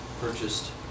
Purchased